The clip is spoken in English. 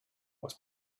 was